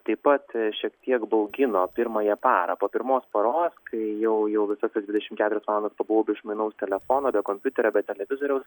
taip pat šiek tiek baugino pirmąją parą po pirmos paros kai jau jau visas tas dvidešim keturias valandas pabuvau be išmanaus telefono be kompiuterio be televizoriaus